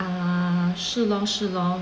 uh 是咯是咯